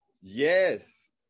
yes